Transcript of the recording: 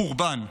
חורבן.